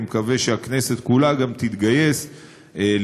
אני מקווה שהכנסת כולה גם תתגייס לתמוך